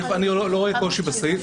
אני לא רואה קושי בסעיף.